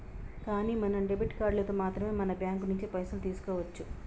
కానీ మనం డెబిట్ కార్డులతో మాత్రమే మన బ్యాంకు నుంచి పైసలు తీసుకోవచ్చు